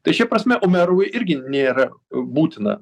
tai šia prasme umerovui irgi nėra būtina